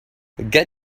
get